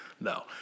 No